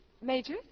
Major